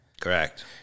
Correct